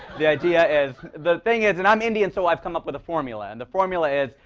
the idea is the thing is and i'm indian, so i've come up with a formula. and the formula is,